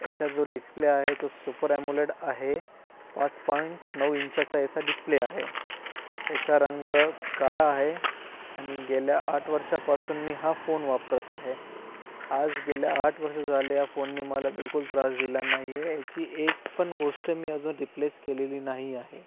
याचा जो डिस्प्ले आहे तो सुपर ॲमोलेट आहे पाच पॉईंट नऊ इंचाचा याचा डिस्प्ले आहे याचा रंग काळा आहे आणि गेल्या आठ वर्षांपासून मी हा फोन वापरत आहे आज गेल्या आठ वर्ष झाले या फोननी मला बिलकुल त्रास दिला नाही आहे याची एकपण गोष्ट मी अजून रिप्लेस केलेली नाही आहे